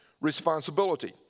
responsibility